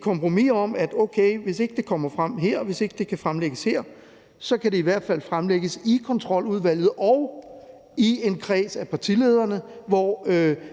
kompromis om, at okay, hvis ikke det kommer frem her, hvis ikke det kan fremlægges her, kan det i hvert fald fremlægges i Kontroludvalget og i en kreds af partilederne, hvor